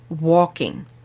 walking